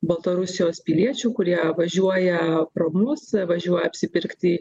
baltarusijos piliečių kurie važiuoja pro mus važiuoja apsipirkti